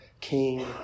King